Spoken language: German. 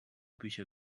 bücher